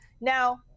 Now